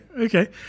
Okay